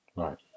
Right